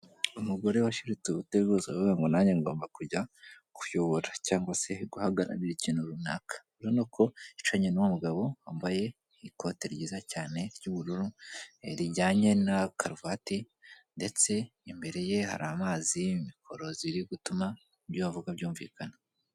Umugore washiritse ubute rwose akavuga ngo nange ngomba kujya kuyobora cyangwa se guhagararira ikintu runaka. Urabona ko yicaranye n'umugabo wambaye ikote ryiza cyane ry'ubururu rijyanye na karuvate ndetse imbere ye hari amazi, mikoro ziri gutuma ibyo bavuga byumvikana.